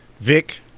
Vic